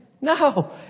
No